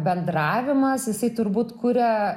bendravimas jisai turbūt kuria